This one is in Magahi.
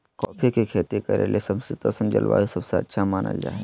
कॉफी के खेती करे ले समशितोष्ण जलवायु सबसे अच्छा मानल जा हई